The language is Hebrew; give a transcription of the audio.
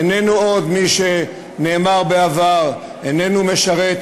איננו עוד מי שנאמר בעבר: איננו משרת,